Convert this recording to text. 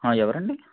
ఎవరు అండి